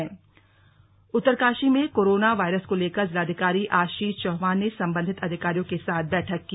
Uttarkashi corona virus Uttarkashi में corona virus को लेकर जिलाधिकारी आशीष चौहान ने संबंधित अधिकारियों के साथ बैठक की